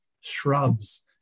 shrubs